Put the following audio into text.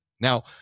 Now